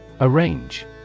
Arrange